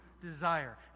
desire